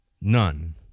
none